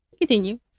Continue